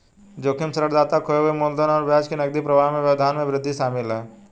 जोखिम ऋणदाता खोए हुए मूलधन और ब्याज नकदी प्रवाह में व्यवधान में वृद्धि शामिल है